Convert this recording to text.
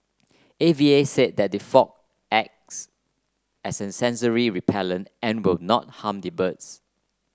A V A said that the fog acts as a sensory repellent and will not harm the birds